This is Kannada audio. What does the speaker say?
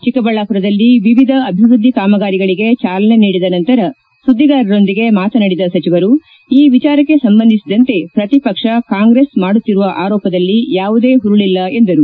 ಚಿಕ್ಕಬಳ್ಳಾಪುರದಲ್ಲಿ ವಿವಿಧ ಅಭಿವೃದ್ದಿ ಕಾಮಗಾರಿಗಳಿಗೆ ಚಾಲನೆ ನೀಡಿದ ನಂತರ ಸುದ್ದಿಗಾರರೊಂದಿಗೆ ಮಾತನಾಡಿದ ಸಚಿವರು ಈ ವಿಚಾರಕ್ಕೆ ಸಂಬಂಧಿಸಿದಂತೆ ಪ್ರತಿಪಕ್ಷ ಕಾಂಗ್ರೆಸ್ ಮಾಡುತ್ತಿರುವ ಆರೋಪದಲ್ಲಿ ಯಾವುದೇ ಹುರುಳಿಲ್ಲ ಎಂದರು